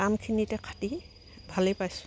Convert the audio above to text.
কামখিনিতে খাটি ভালেই পাইছোঁ